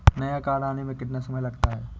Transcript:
नया कार्ड आने में कितना समय लगता है?